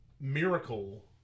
miracle